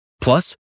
Plus